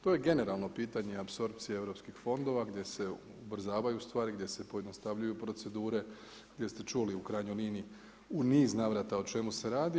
To je generalno pitanje apsorpcije europskih fondova gdje se ubrzavaju stvari, gdje se pojednostavljuju procedure, gdje ste čuli u krajnjoj liniji u niz navrata o čemu se radi.